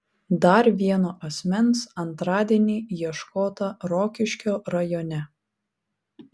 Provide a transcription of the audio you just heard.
dar vieno asmens antradienį ieškota rokiškio rajone